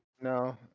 no